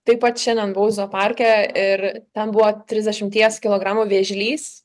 taip pat šiandien buvau zooparke ir ten buvo trisdešimties kilogramų vėžlys